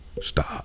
Stop